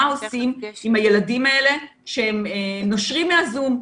עושים עם הילדים האלה שהם נושרים מהזום,